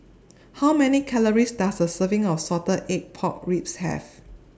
How Many Calories Does A Serving of Salted Egg Pork Ribs Have